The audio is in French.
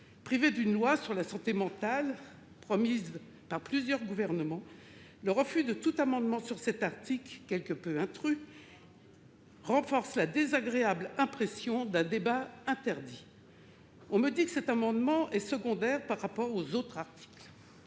privés d'une loi sur la santé mentale pourtant promise par plusieurs gouvernements, le refus de tout amendement sur cet article qui fait figure d'intrus dans ce projet de loi renforce la désagréable impression d'un débat interdit. On me dit que cet amendement est secondaire par rapport aux autres articles